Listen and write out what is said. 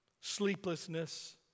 sleeplessness